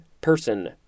person